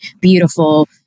beautiful